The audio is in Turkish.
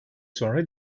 sonra